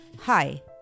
Hi